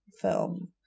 film